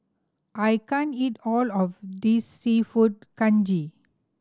I can't eat all of this Seafood Congee